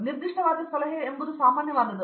ನಿರ್ದಿಷ್ಟವಾದ ಸಲಹೆ ಎಂಬುದು ಸಾಮಾನ್ಯವಾದದ್ದು